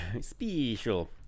Special